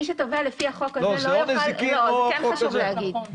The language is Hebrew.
מי שתובע לפי החוק הזה לא יוכל כן חשוב להגיד.